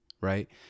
right